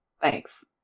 thanks